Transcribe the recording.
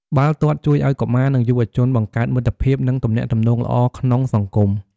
បាល់ទាត់ជួយឲ្យកុមារ និងយុវជនបង្កើតមិត្តភាព និងទំនាក់ទំនងល្អក្នុងសង្គម។